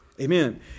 Amen